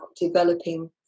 developing